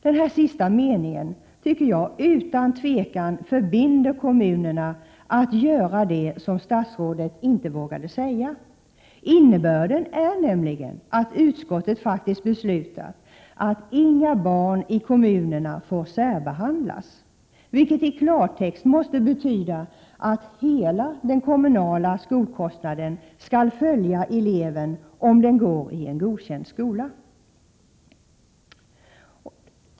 Denna sista mening anser jag utan tvivel förbinder kommunerna att göra det som statsrådet inte vågade säga. Innebörden är nämligen att utskottet faktiskt föreslår att riksdagen skall besluta att inga barn i kommunerna får särbehandlas, vilket i klartext måste betyda att hela den kommunala skolkostnaden skall följa eleven om den går i en godkänd skola.